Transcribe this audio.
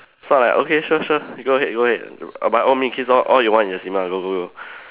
so like okay sure sure you go ahead go ahead by all means kiss all all you want in the cinema go go go